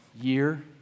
year